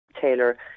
Taylor